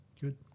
good